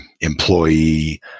employee